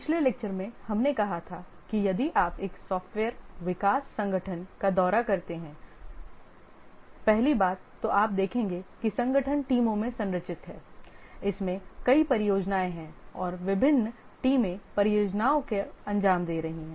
पिछले व्याख्यान में हमने कहा था कि यदि आप एक सॉफ्टवेयर विकास संगठन का दौरा करते हैं पहली बात जो आप देखेंगे कि संगठन टीमों में संरचित है इसमें कई परियोजनाएँ हैं और विभिन्न टीमें परियोजनाओं को अंजाम दे रही हैं